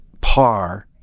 par